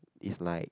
it's like